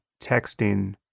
texting